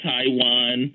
Taiwan